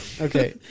Okay